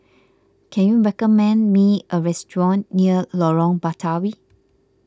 can you recommend me a restaurant near Lorong Batawi